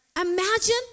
Imagine